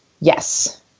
Yes